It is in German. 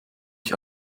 ich